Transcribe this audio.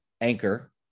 anchor